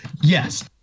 yes